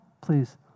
please